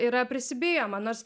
yra prisibijoma nors